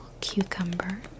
cucumber